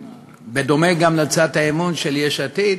בדומה גם להצעת האי-אמון של יש עתיד.